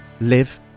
live